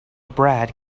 brad